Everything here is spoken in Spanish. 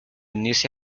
unirse